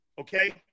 okay